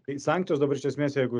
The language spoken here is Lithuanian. tai sankcijos dabar iš esmės jeigu